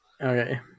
okay